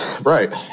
Right